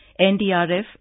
NDRF